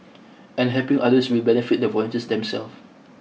and helping others will benefit the volunteers themselves